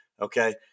Okay